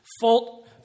fault